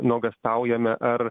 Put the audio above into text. nuogąstaujame ar